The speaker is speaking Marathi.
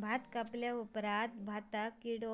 भात कापल्या ऑप्रात भाताक कीड